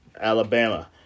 Alabama